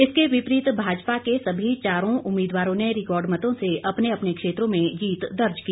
इसके विपरीत भाजपा के सभी चारों उम्मीदवारों ने रिकॉर्ड मतों से अपने अपने क्षेत्रों में जीत दर्ज की